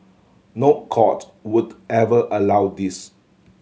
no court would ever allow this